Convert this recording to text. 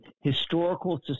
historical